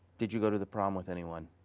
did you go to the prom with anyone?